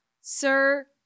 Sir